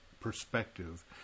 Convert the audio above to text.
perspective